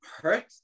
hurt